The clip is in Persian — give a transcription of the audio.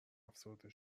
افسرده